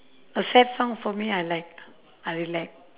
a sad song for me I like I will like